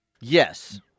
Yes